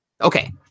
okay